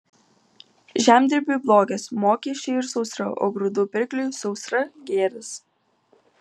žemdirbiui blogis mokesčiai ir sausra o grūdų pirkliui sausra gėris